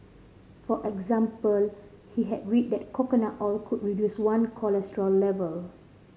for example he had read that coconut oil could reduce one cholesterol level